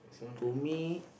to me